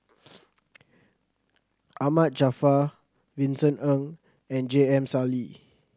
Ahmad Jaafar Vincent Ng and J M Sali